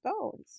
bones